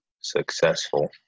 successful